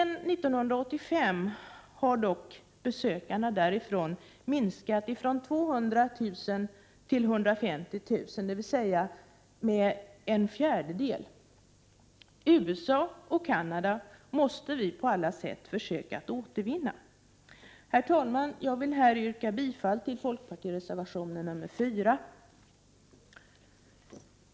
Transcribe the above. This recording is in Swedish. Sedan 1985 har dock besökarna därifrån minskat ifrån 200 000 till 150 000, dvs. med en fjärdedel. USA och Kanada måste vi på alla sätt försöka återvinna. Herr talman! Jag yrkar bifall till folkpartiets reservation nr 4.